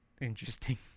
Interesting